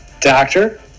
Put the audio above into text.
Doctor